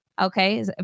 Okay